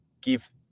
give